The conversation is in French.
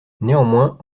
néanmoins